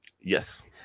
Yes